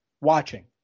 watching